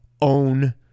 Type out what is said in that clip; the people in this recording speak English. own